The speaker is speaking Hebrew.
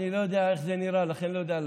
אני לא יודע איך זה נראה, לכן לא יודע.